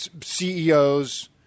CEOs